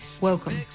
welcome